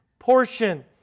portion